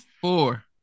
Four